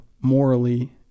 morally